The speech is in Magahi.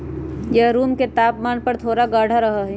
यह रूम के तापमान पर थोड़ा गाढ़ा रहा हई